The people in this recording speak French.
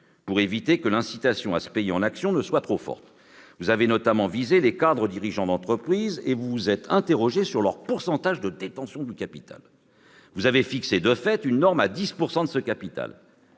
pour éviter que l'incitation à se payer en actions ne soit trop forte. Vous avez notamment visé les cadres dirigeants d'entreprise et vous êtes interrogé sur leur taux de détention du capital. Vous avez fixé de fait une norme à 10 % de ce dernier.